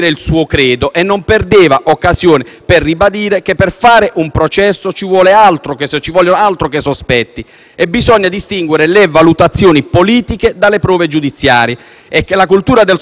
per ribadire che, per fare un processo, ci vuole altro che sospetti e bisogna distinguere le valutazioni politiche dalle prove giudiziarie e che la cultura del sospetto non è l'anticamera della verità: